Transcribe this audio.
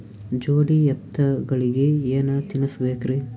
ಜೋಡಿ ಎತ್ತಗಳಿಗಿ ಏನ ತಿನಸಬೇಕ್ರಿ?